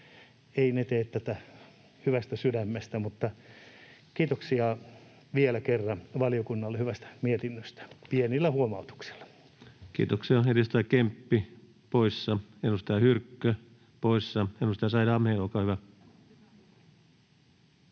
he tee tätä hyvästä sydämestään. Mutta kiitoksia vielä kerran valiokunnalle hyvästä mietinnöstä, pienillä huomautuksilla. Kiitoksia. — Edustaja Kemppi poissa, edustaja Hyrkkö poissa. — Edustaja Said Ahmed, olkaa hyvä.